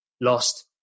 lost